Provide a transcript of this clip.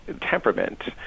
temperament